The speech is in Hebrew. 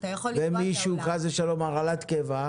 ולמישהו יש חס ושלום הרעלת קיבה,